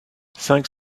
cinq